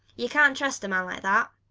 you can't trust a man like that.